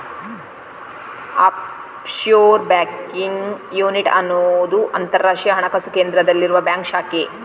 offshore banking unit ಅನ್ನುದು ಅಂತರಾಷ್ಟ್ರೀಯ ಹಣಕಾಸು ಕೇಂದ್ರದಲ್ಲಿರುವ ಬ್ಯಾಂಕ್ ಶಾಖೆ